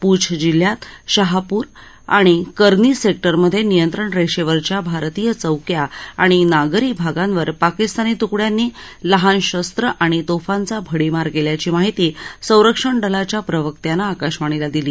पूंछ जिल्ह्यात शाहपूर आणि करनी सेक्टरमध्ये नियंत्रण रेषेवरच्या भारतीय चौक्या आणि नागरी भागांवर पाकिस्तानी तुकड्यांनी लहान शस्त्र आणि तोफांचा भडीमार केल्याची माहिती संरक्षण दलाच्या प्रवक्त्यानं आकाशवाणीला दिली